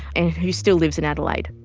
and who still lives in adelaide.